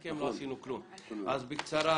ודאי.